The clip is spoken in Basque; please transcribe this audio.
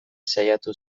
saiatu